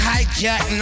Hijack